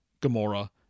Gamora